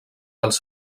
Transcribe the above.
dels